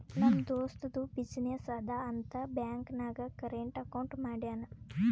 ನಮ್ ದೋಸ್ತದು ಬಿಸಿನ್ನೆಸ್ ಅದಾ ಅಂತ್ ಬ್ಯಾಂಕ್ ನಾಗ್ ಕರೆಂಟ್ ಅಕೌಂಟ್ ಮಾಡ್ಯಾನ್